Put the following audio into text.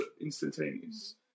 instantaneous